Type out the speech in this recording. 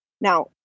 Now